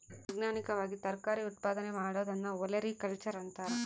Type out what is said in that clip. ವೈಜ್ಞಾನಿಕವಾಗಿ ತರಕಾರಿ ಉತ್ಪಾದನೆ ಮಾಡೋದನ್ನ ಒಲೆರಿಕಲ್ಚರ್ ಅಂತಾರ